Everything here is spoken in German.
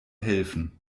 helfen